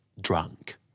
drunk